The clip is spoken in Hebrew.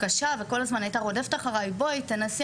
קשה והיא כל הזמן הייתה רודפת אחריי שאני אבוא ואנסה.